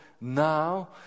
now